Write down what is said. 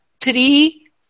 three